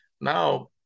Now